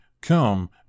Come